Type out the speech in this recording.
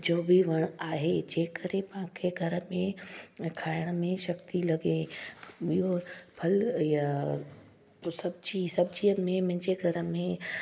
जो बि वणु आहे जंहिं करे पाण खे घर में खाइण में शक्ति लॻे ॿियों फल इहा सब्जी सब्जीअ में मुंहिंजे घर में